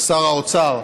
שר האוצר,